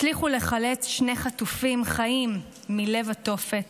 הצליחו לחלץ שני חטופים חיים מלב התופת